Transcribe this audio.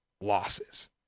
losses